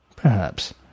Perhaps